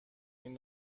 این